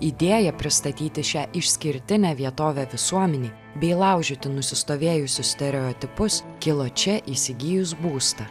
idėja pristatyti šią išskirtinę vietovę visuomenei bei laužyti nusistovėjusius stereotipus kilo čia įsigijus būstą